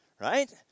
right